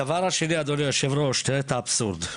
הדבר השני, אדוני היושב ראש, תראה את האבסורד.